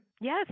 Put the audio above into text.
Yes